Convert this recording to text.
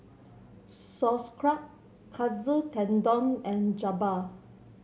Sauerkraut Katsu Tendon and Jokbal